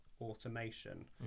Automation